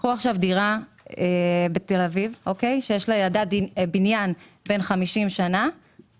קחו עכשיו דירה בתל אביב בבניין בן 50 שנה,